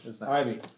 Ivy